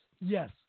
yes